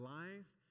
life